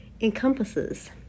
encompasses